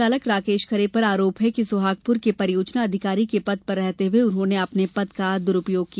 सहायक संचालक राकेश खरे पर आरोप है कि सोहागपुर के परियोजना अधिकारी के पद पर रहते हुए उन्होंने अपने पर का दुरूपयोग किया